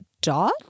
dot